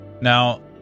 now